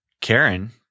Karen